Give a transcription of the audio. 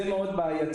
זה מאוד בעייתי.